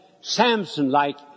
Samson-like